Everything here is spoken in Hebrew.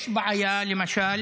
יש בעיה למשל